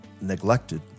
neglected